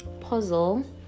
puzzle